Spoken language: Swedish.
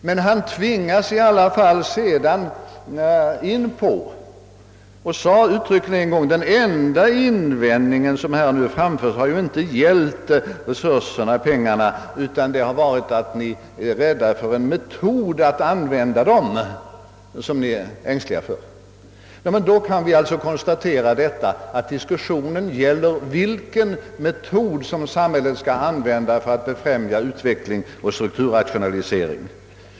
Men statsministern tvingas i alla fall att medge — han sade det uttryckligen en gång — att den enda invändning som framförts har inte gällt resurserna, själva pengarna, utan metoden att använda dem — där vi har önskemål. Då kan det alltså konstateras att diskussionen här gäller vilken metod som samhället skall använda för att befrämja utveckling och strukturrationalisering.